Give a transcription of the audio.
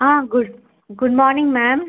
ah good good morning ma'am